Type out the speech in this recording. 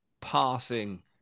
passing